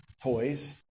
toys